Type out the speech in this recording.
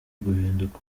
guhinduka